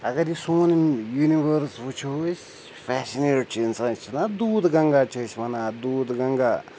اگر یہِ سون یوٗنیٖوٲرٕس وٕچھو أسۍ فیسِنیٹ چھِ اِنسان أسۍ چھِ نہ دوٗدھ گںٛگا چھِ أسۍ وَنان اَتھ دوٗدھ گنٛگا